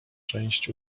cześć